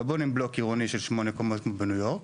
לא בונים בלוק עירוני של שמונה קומות כמו בניו יורק.